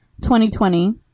2020